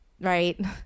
Right